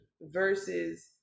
versus